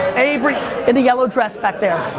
avery. in the yellow dress back there.